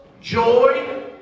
joy